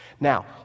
Now